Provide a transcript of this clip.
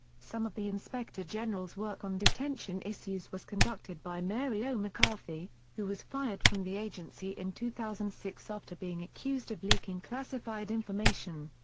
some of the inspector general's work on detention issues was conducted by mary o. mccarthy, who was fired from the agency in two thousand and six after being accused of leaking classified information.